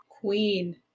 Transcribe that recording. Queen